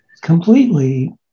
completely